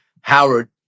Howard